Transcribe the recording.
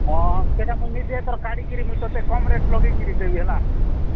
ହଁ ସେଇଟା ମୁଁ ନିଜେ ଏଥର କାଢ଼ି କିରି ମୁଁ ତେତେ କମ୍ ରେଟ୍ ଲଗେଇକିରି ଦେବି ହେଲା